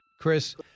Chris